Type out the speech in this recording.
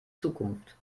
zukunft